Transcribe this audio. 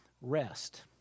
rest